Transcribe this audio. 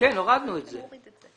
הורדנו את זה.